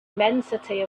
immensity